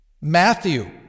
Matthew